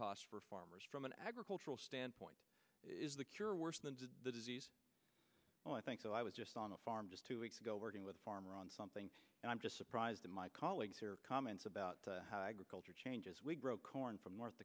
costs for farmers from an agricultural standpoint is the cure worse than the disease i think so i was just on a farm just two weeks ago working with farmer on something and i'm just surprised that my colleagues here comments about a culture change as we grow corn from north